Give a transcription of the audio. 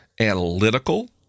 analytical